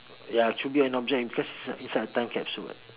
ya should be an object because it's inside a time capsule [what]